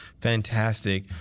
fantastic